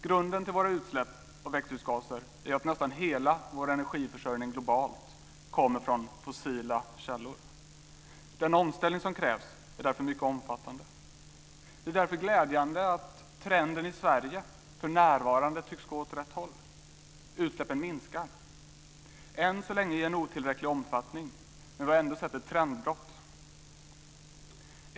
Grunden till våra utsläpp av växthusgaser är ju att nästan hela vår energiförsörjning globalt kommer från fossila källor. Den omställning som krävs är därför mycket omfattande. Det är därför glädjande att trenden i Sverige för närvarande tycks gå åt rätt håll. Utsläppen minskar, än så länge i otillräcklig omfattning, men vi har ändå sett ett trendbrott.